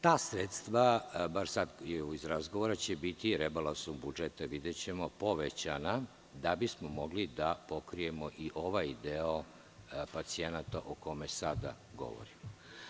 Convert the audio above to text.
Ta sredstva, baš iz razgovora, će biti rebalansom budžeta povećana da bismo mogli da pokrijemo i ovaj deo pacijenata o kojima sada govorimo.